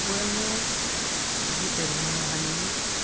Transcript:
पुरानो गीतहरूमा हामी